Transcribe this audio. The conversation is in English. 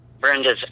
Brenda's